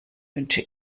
wünsche